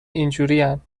اینجورین